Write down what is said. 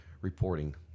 reporting